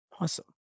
Awesome